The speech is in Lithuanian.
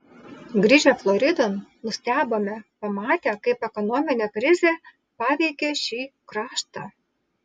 grįžę floridon nustebome pamatę kaip ekonominė krizė paveikė šį kraštą